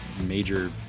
major